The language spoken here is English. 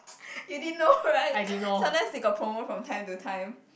you didn't know right sometimes they got promo from time to time